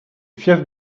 fief